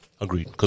agreed